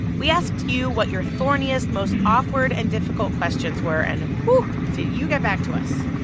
we asked you what your thorniest, most awkward and difficult questions were and whew did you get back to us.